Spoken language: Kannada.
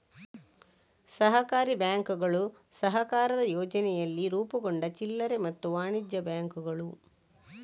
ಸಹಕಾರಿ ಬ್ಯಾಂಕುಗಳು ಸಹಕಾರದ ಯೋಚನೆಯಲ್ಲಿ ರೂಪುಗೊಂಡ ಚಿಲ್ಲರೆ ಮತ್ತೆ ವಾಣಿಜ್ಯ ಬ್ಯಾಂಕುಗಳು